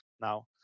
now